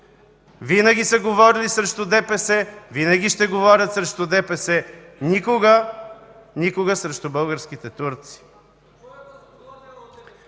Винаги са говорили срещу ДПС, винаги ще говорят срещу ДПС – никога, никога, срещу българските турци.